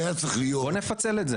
ההסדרים, בוא נפצל את זה.